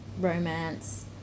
romance